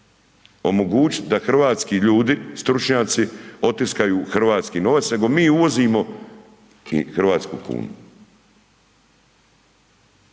omogućit da hrvatski ljudi, stručnjaci, otiskaju hrvatski novac nego mi uvozimo i hrvatsku kunu,